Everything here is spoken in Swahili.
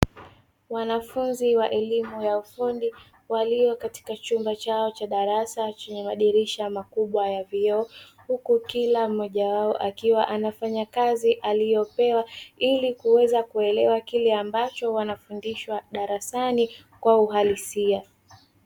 Wanafunzi wa elimu ya ufundi walio katika chumba chao cha darasa chenye madirisha makubwa ya vioo huku kila mmoja wao akiwa anafanya kazi aliyopewa ili kuweza kuelewa kile ambacho wanafundishwa darasani kwa uhalisia.